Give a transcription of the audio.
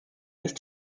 nicht